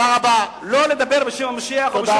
לא לדבר בשם המשיח או בשם אחרים.